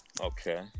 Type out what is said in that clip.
Okay